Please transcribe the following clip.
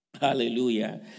Hallelujah